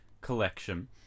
Collection